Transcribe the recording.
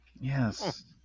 Yes